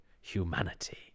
humanity